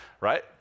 right